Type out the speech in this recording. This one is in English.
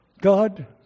God